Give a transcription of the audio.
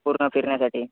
पूर्ण फिरण्यासाठी